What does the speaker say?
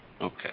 Okay